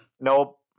Nope